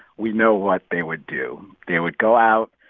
we know what they would do. they would go out,